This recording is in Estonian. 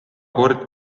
kord